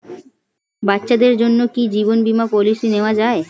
বাচ্চাদের জন্য কি জীবন বীমা পলিসি নেওয়া যায়?